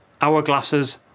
hourglasses